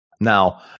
Now